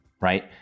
right